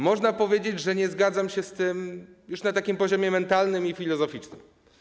Można powiedzieć, że nie zgadzam się z tym już na takim poziomie mentalnym i filozoficznym.